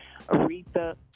Aretha